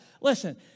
Listen